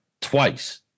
twice